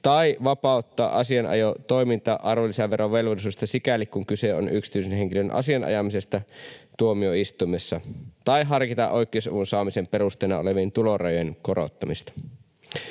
tai vapauttamalla asianajotoiminta arvonlisäverovelvollisuudesta, sikäli kuin kyse on yksityisen henkilön asian ajamisesta tuomioistuimessa, tai harkita oikeusavun saamisen perusteena olevien tulorajojen korottamista.